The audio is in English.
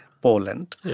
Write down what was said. Poland